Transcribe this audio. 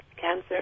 cancer